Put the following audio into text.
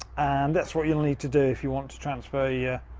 and that's what you'll need to do if you want to try and spare your